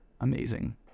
amazing